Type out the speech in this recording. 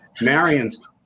Marion's